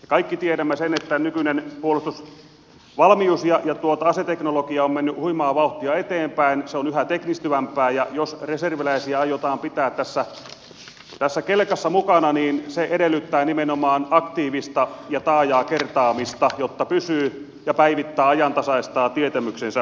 kaikki tiedämme sen että nykyinen puolustusvalmius ja aseteknologia on mennyt huimaa vauhtia eteenpäin se on yhä teknistyvämpää ja jos reserviläisiä aiotaan pitää tässä kelkassa mukana niin se edellyttää nimenomaan aktiivista ja taajaa kertaamista jotta pysyy mukana ja päivittää ajantasaistaa tietämyksensä tekniikan kehittämisestä